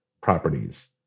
properties